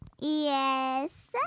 Yes